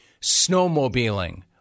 Snowmobiling